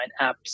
apps